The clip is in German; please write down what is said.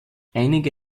einige